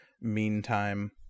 meantime